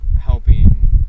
helping